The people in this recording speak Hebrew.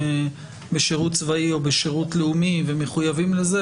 בשירות צבאי או בשירות לאומי ומחויבים לזה,